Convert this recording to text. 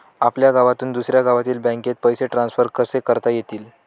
आपल्या गावातून दुसऱ्या गावातील बँकेत पैसे ट्रान्सफर कसे करता येतील?